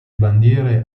bandiere